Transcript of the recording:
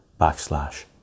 backslash